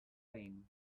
pain